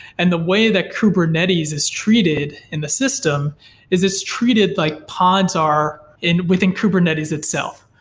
and the way that kubernetes is treated in the system is it's treated like pods are in within kubernetes itself.